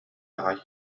аҕай